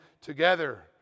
together